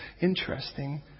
Interesting